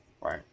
Right